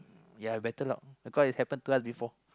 ya better lock because it happen to us before